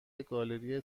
گالری